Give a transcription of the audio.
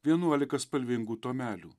vienuolika spalvingų tomelių